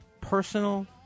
personal